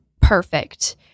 perfect